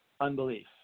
unbelief